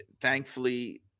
thankfully